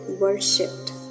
worshipped